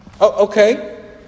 Okay